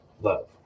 love